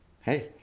hey